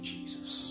Jesus